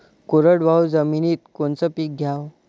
कोरडवाहू जमिनीत कोनचं पीक घ्याव?